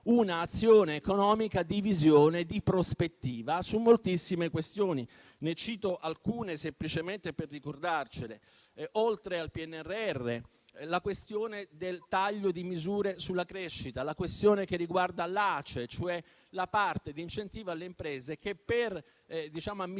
un'azione economica di visione, di prospettiva su moltissime questioni. Ne cito alcune semplicemente per ricordarcele: oltre al PNRR, la questione del taglio di misure sulla crescita; la questione che riguarda l'ACE, cioè la parte di incentivo alle imprese che per ammissione